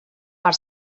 per